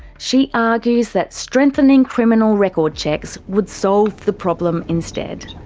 she argues that strengthening criminal record checks would solve the problem instead.